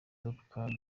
topolcany